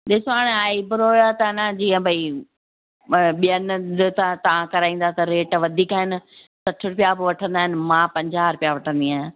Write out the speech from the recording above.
ॾिसो हाणे eyebrow जा त न जीअं भाई अ ॿियनि हंधि त तव्हां कराईंदा त रेट वधीक आहिनि सठि रुपिया बि वठंदा आहिनि मां पंजाह रुपिया वठंदी आहियां